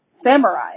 Samurai